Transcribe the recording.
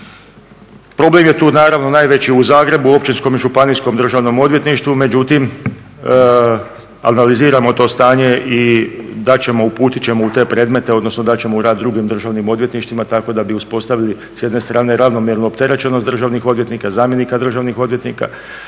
Problem je tu naravno najveći u Zagrebu, u Općinskom i Županijskom Državnom odvjetništvu. Međutim, analiziramo to stanje i dat ćemo, uputit ćemo u te predmete, odnosno dat ćemo u rad drugim državnim odvjetništvima tako da bi uspostavili s jedne strane ravnomjernu opterećenost državnih odvjetnika, zamjenika državnih odvjetnika,